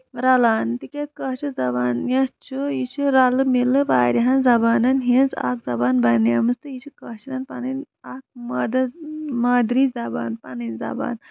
رَلان تِکیازِ کٲشِر زَبان یۄس چھِ یہِ چھِ رَلہٕ مِلہٕ واریاہن زَبانن ہِنز اکھ زَبان بَنے مٕژ تہٕ یہِ چھِ کٲشرین پَنٕنۍ اکھ مادٕر مادری زَبان پَنٕنۍ زَبان